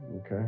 okay